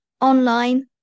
online